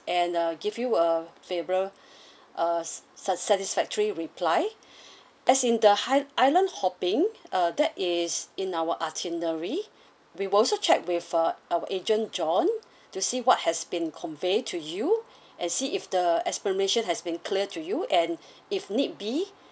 and uh give you a favour uh sat~ satisfactory reply as in the hi~ island hopping uh that is in our itinerary we will also check with uh our agent john to see what has been conveyed to you and see if the explanation has been cleared to you and if need be